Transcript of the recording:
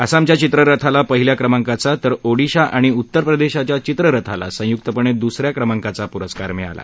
आसामच्या चित्ररथाला पहिल्या क्रमांकाचा तर ओडीशा आणि उत्तरप्रदेशच्या चित्ररथाला संयुक्तपणे दुसऱ्या क्रमांकाचा पुरस्कार मिळाला